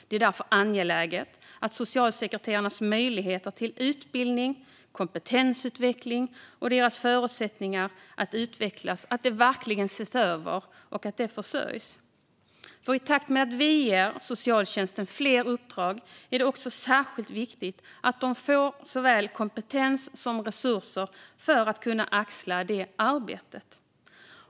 Det är därför angeläget att socialsekreterarnas möjligheter till utbildning, kompetensutveckling och förutsättningar att utvecklas ses över. I takt med att vi ger socialtjänsten fler uppdrag är det också särskilt viktigt att de får såväl kompetens som resurser för att kunna axla det arbetet.